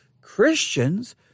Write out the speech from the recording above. Christians